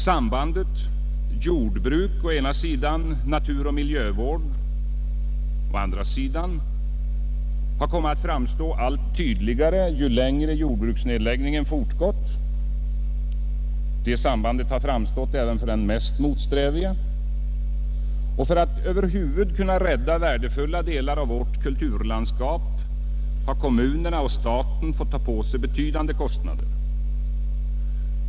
Sambandet mellan å ena sidan jordbruket och å andra sidan naturoch miljövården har kommit att framstå allt tydligare ju längre jordbruksnedläggningen fortgått. Det sambandet har framstått klart även för den mest motsträvige. För att över huvud taget kunna rädda värdefulla delar av vårt kulturlandskap har kommunerna och staten fått ta på sig betydande kostnader.